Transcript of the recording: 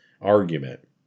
argument